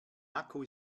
akku